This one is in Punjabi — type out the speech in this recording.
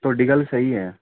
ਤੁਹਾਡੀ ਗੱਲ ਸਹੀ ਹੈ